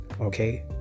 Okay